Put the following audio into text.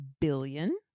billion